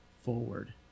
forward